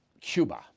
Cuba